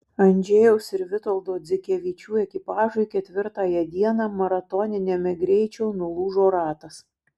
andžejaus ir vitoldo dzikevičių ekipažui ketvirtąją dieną maratoniniame greičio nulūžo ratas